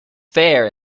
fair